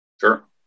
Sure